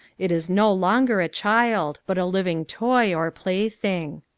it is no longer a child, but a living toy or plaything.